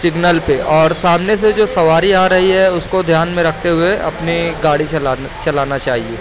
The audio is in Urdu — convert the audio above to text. سگنل پہ اور سامنے سے جو سواری آ رہی ہے اس کو دھیان میں رکھتے ہوئے اپنی گاڑی چلانے چلانا چاہیے